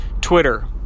Twitter